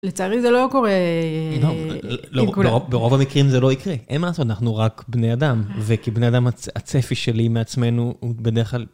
לצערי זה לא קורה... לא, לא, ברוב המקרים זה לא יקרה. אין מה לעשות, אנחנו רק בני אדם, וכי בני אדם, הצפי שלי מעצמנו הוא בדרך כלל